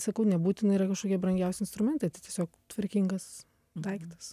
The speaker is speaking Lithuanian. sakau nebūtina yra kažkokie brangiausi instrumentai tiesiog tvarkingas daiktas